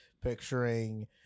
picturing